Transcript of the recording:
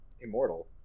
Immortal